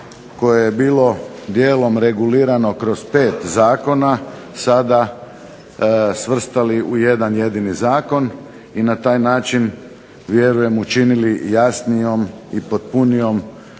koje je bilo dijelom regulirano kroz 5 zakona sada svrstali u jedan jedini zakon i na taj način vjerujem učinili jasnijom i potpunijom